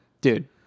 dude